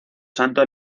santo